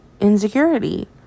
insecurity